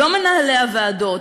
לא מנהלי הוועדות,